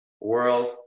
world